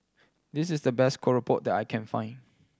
this is the best keropok that I can find